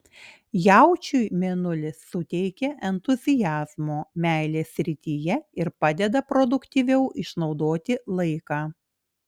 jaučiui mėnulis suteikia entuziazmo meilės srityje ir padeda produktyviau išnaudoti laiką